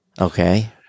Okay